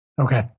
Okay